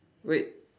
wait